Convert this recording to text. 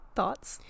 Thoughts